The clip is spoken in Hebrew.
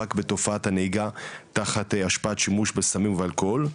במאבק בתופעת הנהיגה תחת השפעת שימוש בסמים ואלכוהול.